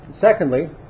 Secondly